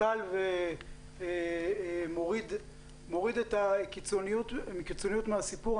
קל ומוריד את הקיצוניות מהסיפור.